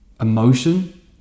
emotion